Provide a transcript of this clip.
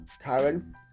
Karen